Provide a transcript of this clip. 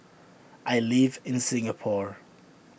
I live in Singapore